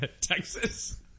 Texas